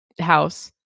house